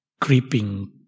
creeping